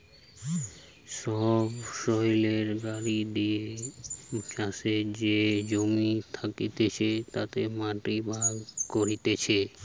সবসৈলের গাড়ি দিয়ে চাষের যে জমি থাকতিছে তাতে মাটি ভাগ করতিছে